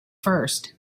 first